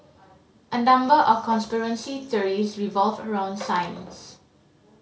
a number of conspiracy theories revolve around science